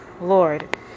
Lord